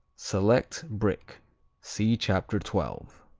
select brick see chapter twelve.